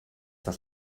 das